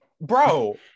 bro